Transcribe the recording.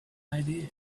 idea